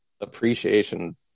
appreciation